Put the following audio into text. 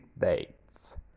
dates